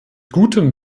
gutem